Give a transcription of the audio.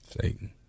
Satan